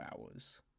hours